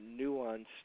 nuanced